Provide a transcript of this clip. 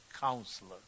Counselor